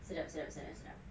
sedap sedap sangat sedap